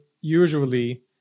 usually